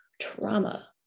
trauma